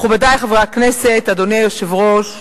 מכובדי חברי הכנסת, אדוני היושב-ראש,